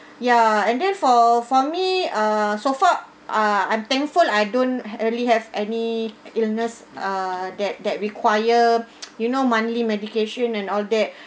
ya and then for for me uh so far uh I'm thankful I don't ha~ really have any illness uh that that require you know monthly medication and all that